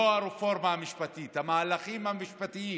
לא הרפורמה המשפטית, המהלכים המשפטיים